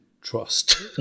Trust